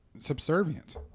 subservient